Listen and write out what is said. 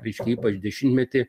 reiškia ypač dešimtmetį